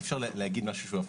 אי-אפשר להגיד משהו הפוך.